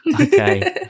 Okay